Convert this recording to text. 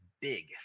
big